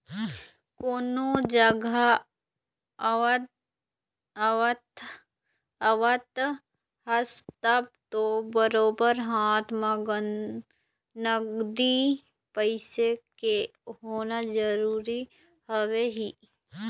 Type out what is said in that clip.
कोनो जघा आवत जावत हस तब तो बरोबर हाथ म नगदी पइसा के होना जरुरी हवय ही